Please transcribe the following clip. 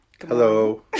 Hello